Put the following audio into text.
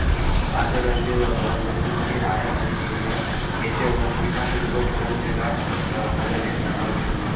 आंतरराष्ट्रीय व्यापारात वस्तूंची आयात आणि निर्यात ह्येच्यावर सीमा शुल्क ठरवलेला असता, असा गणेश सांगा होतो